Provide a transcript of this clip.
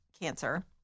cancer